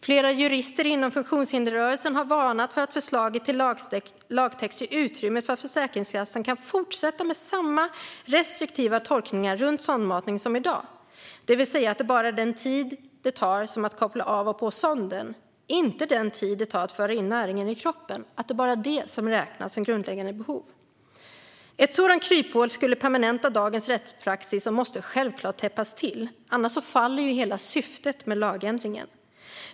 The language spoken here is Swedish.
Flera jurister inom funktionshindersrörelsen har varnat för att förslaget till lagtext ger utrymme för Försäkringskassan att fortsätta med samma restriktiva tolkningar runt sondmatningen som i dag, det vill säga att det bara är den tid som det tar att koppla på och av sonden - inte den tid det tar att föra in näringen i kroppen - som räknas som grundläggande behov. Ett sådant kryphål skulle permanenta dagens rättspraxis och måste självklart täppas till, annars faller hela syftet med lagändringen.